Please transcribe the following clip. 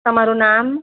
તમારું નામ